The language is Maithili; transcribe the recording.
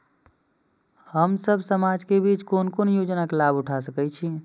हम सब समाज के बीच कोन कोन योजना के लाभ उठा सके छी?